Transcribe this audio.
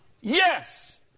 yes